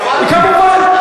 כמובן.